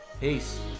peace